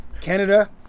Canada